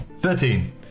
thirteen